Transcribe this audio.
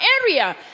area